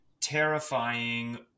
terrifying